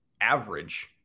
average